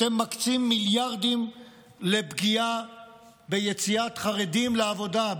אתם מקצים מיליארדים לפגיעה ביציאת חרדים לעבודה,